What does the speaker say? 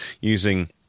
using